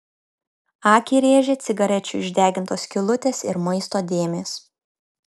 akį rėžė cigarečių išdegintos skylutės ir maisto dėmės